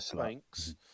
Thanks